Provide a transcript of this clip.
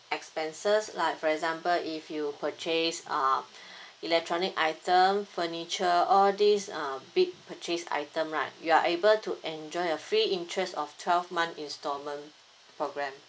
expenses like for example if you purchase uh electronic item furniture all these uh big purchase item right you are able to enjoy a free interest of twelve months installment program